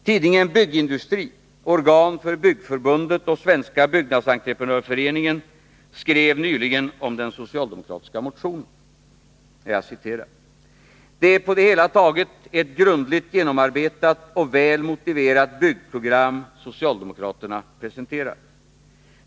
Tidningen Byggindustri, organ för Byggförbundet och Svenska Byggnadsentreprenörföreningen, skrev nyligen om den socialdemokratiska motionen: ”Det är på det hela taget ett grundligt genomarbetat och väl motiverat byggprogram socialdemokraterna presenterar.